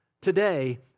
today